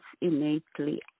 innately